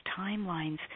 timelines